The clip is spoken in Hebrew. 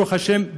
ברוך השם,